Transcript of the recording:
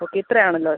okay ഇത്രയാണ് ഉള്ളത്